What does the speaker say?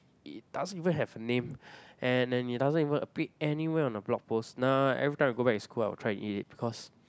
it doesn't even have a name and and it doesn't even appear anywhere on a blog post now every time I go back in school I will try to eat it because